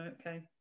okay